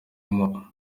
indwara